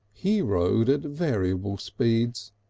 he rode at variable speeds,